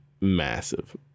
massive